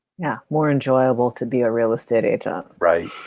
yeah, more enjoyable to be a real estate agent.